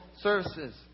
services